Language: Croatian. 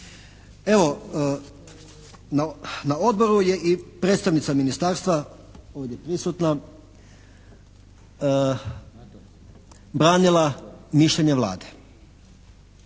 Evo, na odboru je i predstavnica ministarstva, ovdje prisutna branila mišljenje Vlade.